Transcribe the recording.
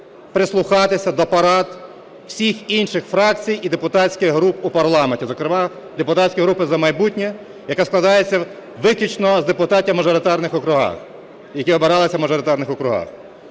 прислухатися до порад всіх інших фракцій і депутатських груп у парламенті, зокрема депутатської групи "За майбутнє", яка складається виключно з депутатів в мажоритатних округах, які обиралися в мажоритарних округах.